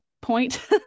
point